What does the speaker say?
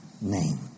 name